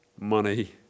money